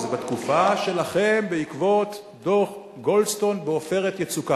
זה בתקופה שלכם בעקבות דוח-גולדסטון ו"עופרת יצוקה".